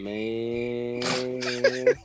Man